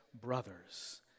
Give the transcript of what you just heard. brothers